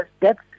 depth